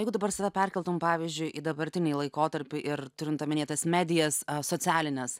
jeigu dabar save perkeltum pavyzdžiui į dabartinį laikotarpį ir turint omenyje tas medijas socialines